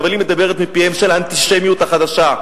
אבל היא מדברת מפיה של האנטישמיות החדשה.